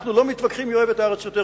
אנחנו לא מתווכחים מי אוהב את הארץ יותר,